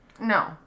No